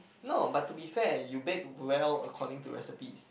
no but to be fair you bake well according to recipes